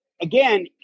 again